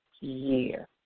year